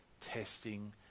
testing